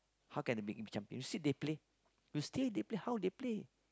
how can they be champion you see they play you see they play how they play